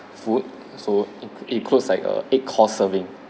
food so it includes like a eight course serving